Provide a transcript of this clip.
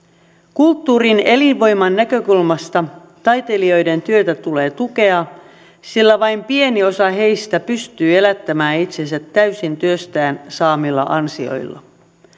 kulttuurin elinvoiman näkökulmasta taiteilijoiden työtä tulee tukea sillä vain pieni osa heistä pystyy elättämään itsensä täysin työstään saamillaan ansioilla